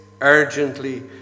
urgently